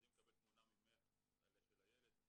יודעים לקבל תמונה של הילד ממך.